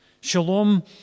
Shalom